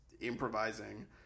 improvising